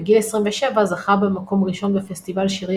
בגיל 27 זכה במקום ראשון בפסטיבל שירי